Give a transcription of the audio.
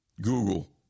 Google